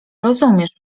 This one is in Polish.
rozumiesz